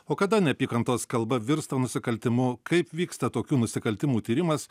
o kada neapykantos kalba virsta nusikaltimu kaip vyksta tokių nusikaltimų tyrimas